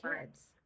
kids